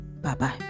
Bye-bye